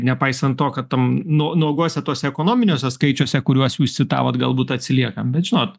nepaisant to kad tam nuo nuogose tuose ekonominiuose skaičiuose kuriuos jūs citavot galbūt atsiliekam bet žinot